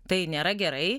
tai nėra gerai